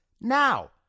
now